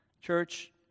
Church